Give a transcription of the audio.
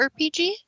RPG